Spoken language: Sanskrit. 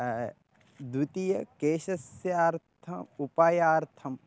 द्वितीयकेशस्यार्थ उपायार्थम्